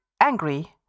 angry